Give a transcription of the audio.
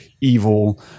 evil